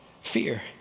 Fear